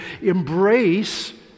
embrace